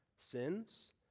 sins